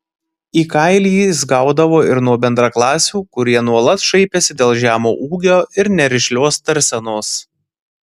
į kailį jis gaudavo ir nuo bendraklasių kurie nuolat šaipėsi dėl žemo ūgio ir nerišlios tarsenos